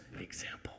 example